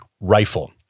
rifle